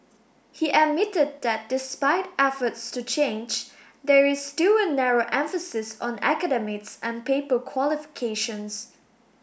he admitted that despite efforts to change there is still a narrow emphasis on academics and paper qualifications